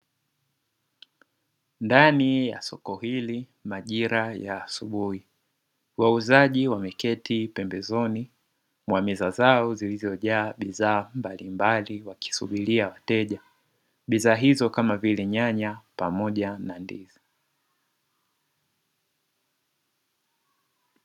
Ndani ya soko hili majira ya asubuhi wauzaji wameketi pembezoni mwa meza zao zilizojaa bidhaa mbalimbali wakisubiria wateja bidhaa hizo kama vile nyanya pamoja na ndizi.